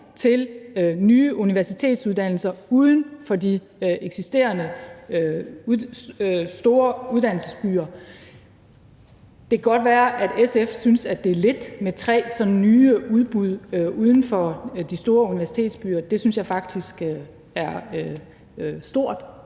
til nye universitetsuddannelser uden for de eksisterende store uddannelsesbyer. Det kan godt være, at EL synes, at det er lidt med tre sådan nye udbud uden for de store universitetsbyer, men det synes jeg faktisk er stort.